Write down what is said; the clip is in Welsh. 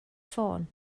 ffôn